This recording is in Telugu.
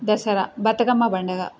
దసరా బతుకమ్మ పండగ